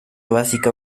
básica